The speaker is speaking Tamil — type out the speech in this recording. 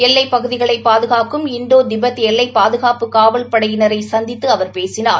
எல்லைப் பகுதிகளை பாதுகாப்பும் இண்டோ திகெ எல்லை பாதுகாப்பு காவல்படையினரை சந்தித்து பேசினார்